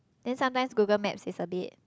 then sometimes Google-Map is a bit